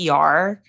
PR